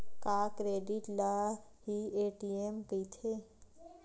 का क्रेडिट ल हि ए.टी.एम कहिथे?